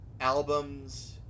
albums